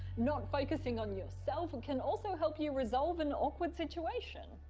not focusing on yourself can also help you resolve an awkward situation.